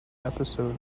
episode